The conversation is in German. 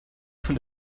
von